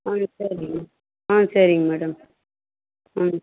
ஆ சரிங்க மேம் ஆ சரிங்க மேடம் ம்